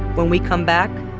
when we come back,